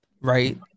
right